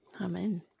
Amen